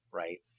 right